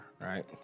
right